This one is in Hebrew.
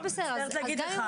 אני מצטערת להגיד לך.